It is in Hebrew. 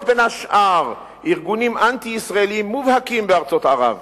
בין השאר ארגונים אנטי-ישראליים מובהקים בארצות ערב,